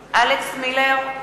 בהצבעה אלכס מילר,